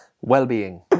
Well-being